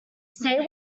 say